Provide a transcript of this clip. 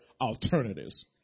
alternatives